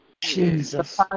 Jesus